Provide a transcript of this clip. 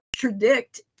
contradict